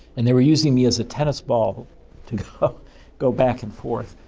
and they were using me as a tennis ball to go back and forth,